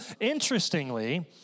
Interestingly